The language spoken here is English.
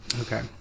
Okay